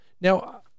now